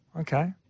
Okay